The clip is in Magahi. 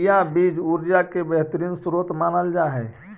चिया बीज ऊर्जा के बेहतर स्रोत मानल जा हई